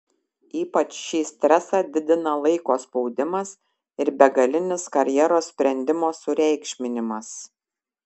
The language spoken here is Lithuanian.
ypač šį stresą didina laiko spaudimas ir begalinis karjeros sprendimo sureikšminimas